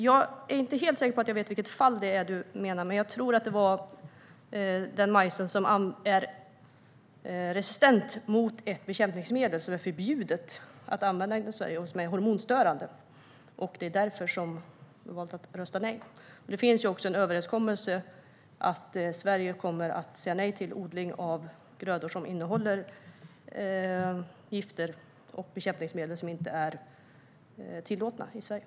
Jag är inte helt säker på vilket fall Jesper Skalberg Karlsson menar, men jag tror att det gäller den majs som är resistent mot ett bekämpningsmedel som är förbjudet att använda i Sverige och som är hormonstörande. Det är därför vi har valt att rösta nej. Det finns också en överenskommelse om att Sverige kommer att säga nej till odling av grödor som innehåller gifter och bekämpningsmedel som inte är tillåtna i Sverige.